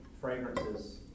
fragrances